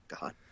God